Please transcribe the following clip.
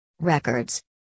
Records